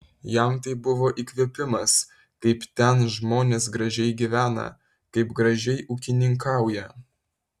jam tai buvo įkvėpimas kaip ten žmonės gražiai gyvena kaip gražiai ūkininkauja